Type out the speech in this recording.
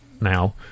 now